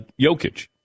Jokic